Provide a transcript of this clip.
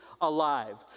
alive